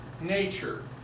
nature